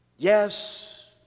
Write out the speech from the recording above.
Yes